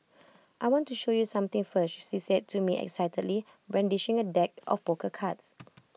I want to show you something first she said to me excitedly brandishing A deck of poker cards